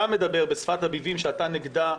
אתה מדבר בשפת הביבים שאתה נגדה,